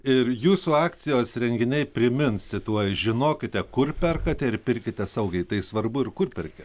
ir jūsų akcijos renginiai primins cituoju žinokite kur perkate ir pirkite saugiai tai svarbu ir kur perki